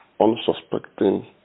unsuspecting